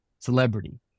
celebrity